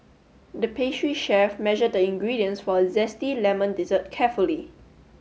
the pastry chef measured the ingredients for a zesty lemon dessert carefully